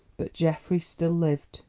but geoffrey still lived,